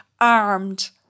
armed